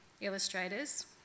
illustrators